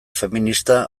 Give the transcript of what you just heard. feminista